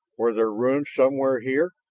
were there ruins somewhere here?